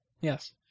Yes